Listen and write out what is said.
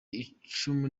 icumu